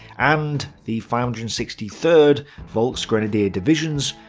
and the five hundred and sixty third volksgrenadier division,